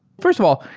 first of all,